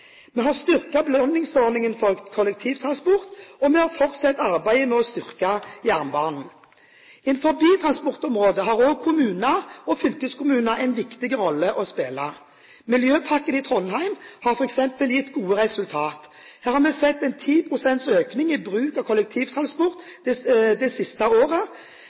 Vi har styrket belønningsordningen for kollektivtransport, og vi har fortsatt arbeidet med å styrke jernbanen. Innen transportområdet har også kommuner og fylkeskommuner en viktig rolle å spille. Miljøpakken i Trondheim har f.eks. gitt gode resultater. Her har vi sett en 10 pst. økning i bruk av kollektivtransport det siste året.